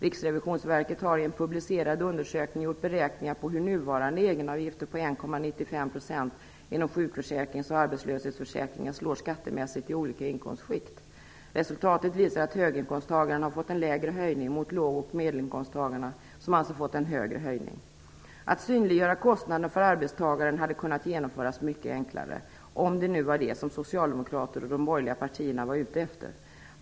Riksrevisionsverket har i en publicerad undersökning gjort beräkningar på hur nuvarande egenavgift på 1,95 % inom sjukförsäkringen och arbetslöshetsförsäkringen slår skattemässigt i olika inkomstskikt. Resultatet visar att höginkomsttagarna har fått en mindre höjning än låg och medelinkomsttagarna som alltså fått en större höjning. Att synliggöra kostnaderna för arbetstagaren hade kunnat genomföras mycket enklare, om de nu var detta som Socialdemokraterna och de borgerliga partierna var ute efter.